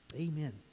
Amen